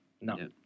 No